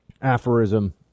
aphorism